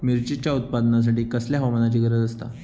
मिरचीच्या उत्पादनासाठी कसल्या हवामानाची गरज आसता?